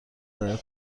باید